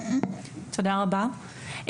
תודה רבה,